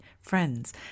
friends